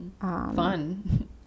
fun